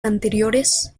anteriores